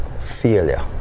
failure